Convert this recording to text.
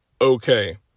Okay